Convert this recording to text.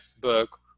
book